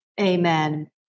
Amen